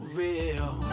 real